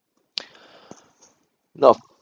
no